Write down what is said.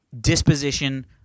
disposition